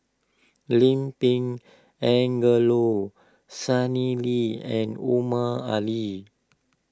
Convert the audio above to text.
Lim Pin Angelo Sanelli and Omar Ali